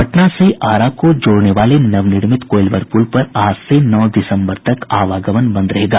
पटना से आरा को जोड़ने वाले नवनिर्मित कोईलवर पुल पर आज से नौ दिसम्बर तक आवागमन बंद रहेगा